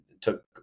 took